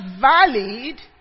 valid